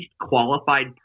qualified